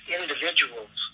individuals